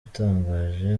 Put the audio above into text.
utangaje